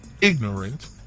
ignorant